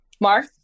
Mark